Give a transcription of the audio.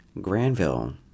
Granville